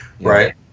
right